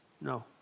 No